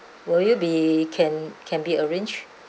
will you be can can be arranged